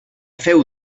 feu